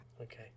Okay